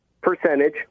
percentage